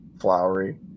flowery